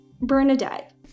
bernadette